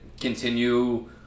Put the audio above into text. continue